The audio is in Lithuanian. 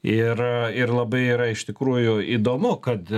ir ir labai yra iš tikrųjų įdomu kad